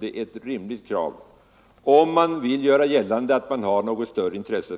Det är också ett rimligt krav som måste förverkligas om regeringen vill göra gällande att man har något större intresse